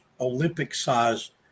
Olympic-sized